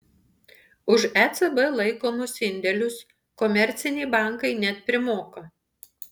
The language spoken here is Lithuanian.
už ecb laikomus indėlius komerciniai bankai net primoka